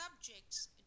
subjects